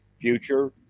future